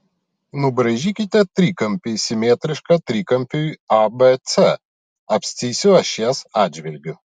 nubraižykite trikampį simetrišką trikampiui abc abscisių ašies atžvilgiu